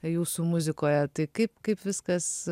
jūsų muzikoje tai kaip kaip viskas